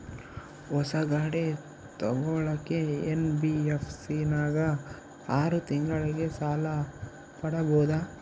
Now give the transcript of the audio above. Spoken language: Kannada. ಹೊಸ ಗಾಡಿ ತೋಗೊಳಕ್ಕೆ ಎನ್.ಬಿ.ಎಫ್.ಸಿ ನಾಗ ಆರು ತಿಂಗಳಿಗೆ ಸಾಲ ಪಡೇಬೋದ?